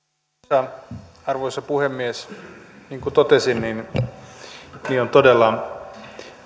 arvoisa arvoisa puhemies niin kuin totesin on todella